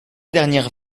dernières